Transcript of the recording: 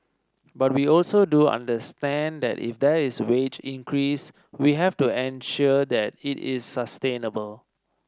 but we also do understand that if there is wage increase we have to ensure the it is sustainable